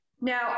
Now